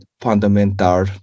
fundamental